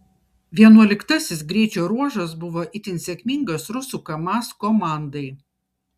vienuoliktasis greičio ruožas buvo itin sėkmingas rusų kamaz komandai